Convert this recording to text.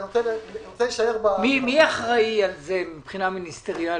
מי אחראי על זה מבחינה מיניסטריאלית?